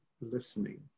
listening